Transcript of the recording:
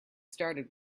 started